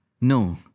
no